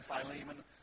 Philemon